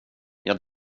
jag